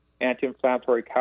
anti-inflammatory